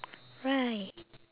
right